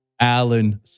Alan